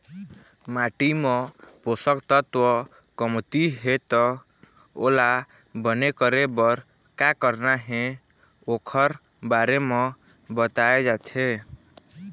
माटी म पोसक तत्व कमती हे त ओला बने करे बर का करना हे ओखर बारे म बताए जाथे